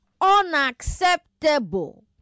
unacceptable